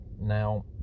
Now